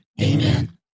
Amen